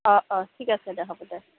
অঁ অঁ ঠিক আছে দে হ'ব দে